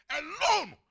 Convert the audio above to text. alone